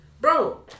Bro